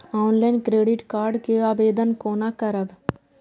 Online credit card के आवेदन कोना करब?